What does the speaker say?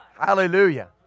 Hallelujah